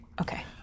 Okay